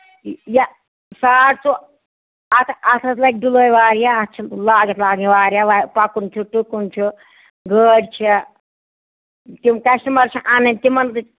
یا ساڈ ژور اَتھ حظ اَتھ حظ لَگہِ ڈُلٲے واریاہ اَتھ چھِ لاگَتھ لَگٕنۍ واریاہ وا پَکُن چھُ ٹُکُن چھُ گٲڑۍ چھ تِم کَسٹمَر چھِ اَنٕنۍ تِمن